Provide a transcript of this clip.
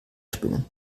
spinnen